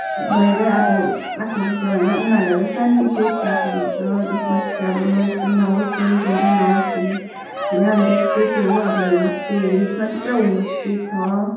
भएर अब आएको हुन्छ होइन उनीहरूलाई शान्ति प्लेस चाहिएको हुन्छ जसमा चाहिँ अब नोइज पनि नहोस् पोल्युसन पनि नहोस् भन्ने होइन जस त्यो चाहिँ हो अब होमस्टे हिल्समा चाहिँ पुरा होमस्टे छ